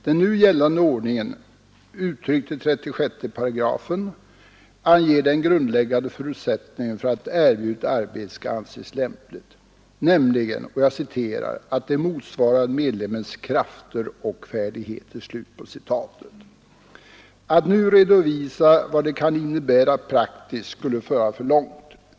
Den nu gällande ordningen, uttryckt i 36 §, anger den grundläggande förutsättningen för att ett erbjudet arbete skall anses lämpligt, nämligen ”att det motsvarar medlemmens krafter och färdigheter”. Att nu redovisa vad det kan innebära praktiskt skulle föra för långt.